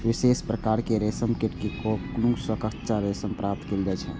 विशेष प्रकारक रेशम कीट के कोकुन सं कच्चा रेशम प्राप्त कैल जाइ छै